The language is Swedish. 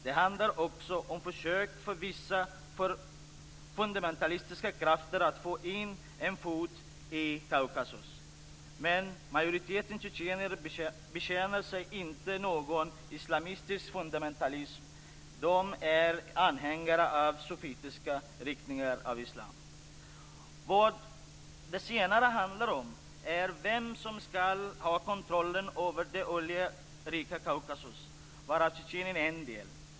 Det handlar också om försök för vissa fundamentalistiska krafter att få in en fot i Kaukasus. Men majoriteten tjetjenier bekänner sig inte till någon islamistisk fundamentalism - de är anhängare av sufitiska riktningar av islam. Vad det senare handlar om är vem som ska ha kontrollen över det oljerika Kaukasus, varav Tjetjenien är en del.